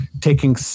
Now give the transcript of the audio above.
taking